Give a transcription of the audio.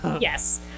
Yes